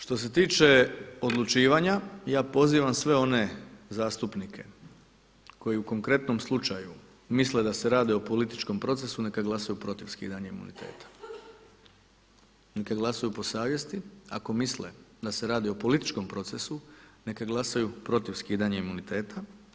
Što se tiče odlučivanja ja pozivam sve one zastupnike koji u konkretnom slučaju misle da se radi o političkom procesu neka glasaju protiv skidanja imuniteta, neka glasuju po savjesti ako misle da se radi o političkom procesu neka glasaju protiv skidanja imuniteta.